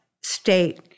state